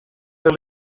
fet